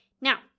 Now